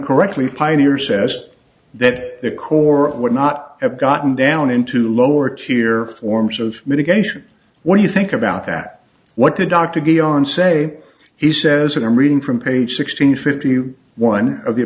correctly pioneer's says that the core would not have gotten down into lower tier forms of communication what do you think about that what the doctor gone say he says and i'm reading from page sixteen fifty one of the